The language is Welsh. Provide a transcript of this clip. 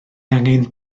angen